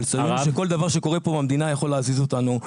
אבל תבינו שכל דבר שקורה פה במדינה יכול להזיז אותנו.